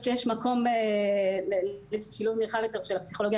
שיש מקום לשילוב נרחב יותר של הפסיכולוגיה